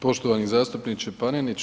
Poštovani zastupniče Panenić.